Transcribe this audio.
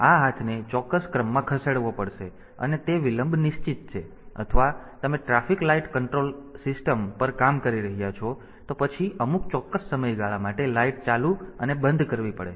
તેથી આ હાથને ચોક્કસ ક્રમમાં ખસેડવો પડશે અને તે વિલંબ નિશ્ચિત છે અથવા તમે ટ્રાફિક લાઇટ કંટ્રોલર સિસ્ટમ પર કામ કરી રહ્યા છો તો પછી અમુક ચોક્કસ સમયગાળા માટે લાઇટ ચાલુ અને બંધ કરવી જોઈએ